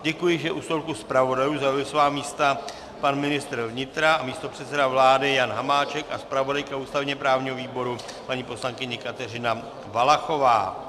Děkuji, že u stolku zpravodajů zaujali svá místa pan ministr vnitra a místopředseda vlády Jan Hamáček a zpravodajka ústavněprávního výboru paní poslankyně Kateřina Valachová.